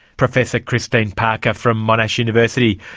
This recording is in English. professor christine parker from monash university.